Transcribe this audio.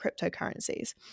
cryptocurrencies